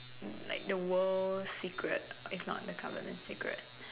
like the world secret it's not the covenant secret